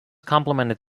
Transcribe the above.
complemented